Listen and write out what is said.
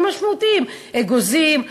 אבל משמעותיים: אגוזים,